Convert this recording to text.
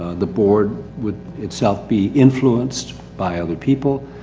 the board would itself be influenced by other people.